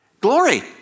Glory